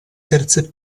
terze